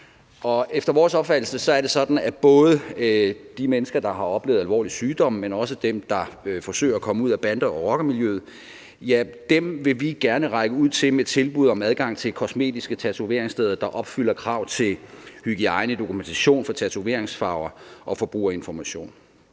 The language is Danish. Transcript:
Efter vores opfattelse er det sådan, at både de mennesker, der har oplevet alvorlig sygdom, men også dem, der forsøger at komme ud af bande- og rockermiljøet, vil vi gerne række ud til med tilbud om adgang til kosmetiske tatoveringssteder, der opfylder krav til hygiejne, dokumentation for tatoveringsfarver og forbrugerinformation.